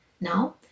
now